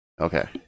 Okay